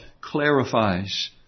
clarifies